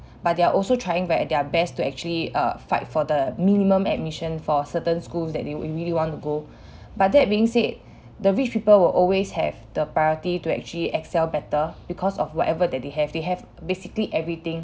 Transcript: but they are also trying right their best to actually uh fight for the minimum admission for certain schools that they would really want to go but that being said the rich people will always have the priority to actually excel better because of whatever that they have they have basically everything